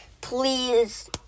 please